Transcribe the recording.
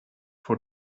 for